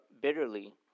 bitterly